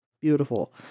Beautiful